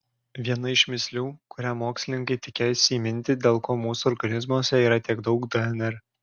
viena iš mįslių kurią mokslininkai tikėjosi įminti dėl ko mūsų organizmuose yra tiek daug dnr